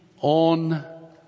on